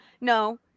No